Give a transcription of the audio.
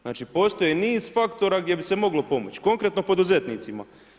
Znači postoji niz faktora gdje bi se moglo pomoć, konkretno poduzetnicima.